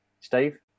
Steve